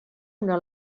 una